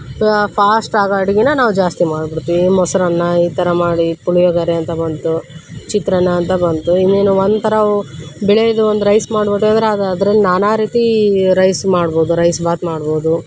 fast ಆಗೋ ಅಡಿಗೆನ ನಾವು ಜಾಸ್ತಿ ಮಾಡಿಬಿಡ್ತೀವಿ ಮೊಸರನ್ನ ಈ ಥರ ಮಾಡಿ ಪುಳಿಯೋಗರೆ ಅಂತ ಬಂತು ಚಿತ್ರಾನ್ನ ಅಂತ ಬಂತು ಇನ್ನೇನು ಒಂತರವು ಬಿಳೀದು ಒಂದು ರೈಸ್ ಮಾಡಿಬಿಟ್ಟೆ ಅಂದ್ರೆ ಅದು ಅದ್ರಲ್ಲಿ ನಾನಾ ರೀತಿ ರೈಸ್ ಮಾಡ್ಬೋದು ರೈಸ್ ಭಾತ್ ಮಾಡ್ಬೋದು